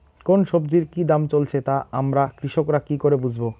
কোন সব্জির কি দাম চলছে তা আমরা কৃষক রা কি করে বুঝবো?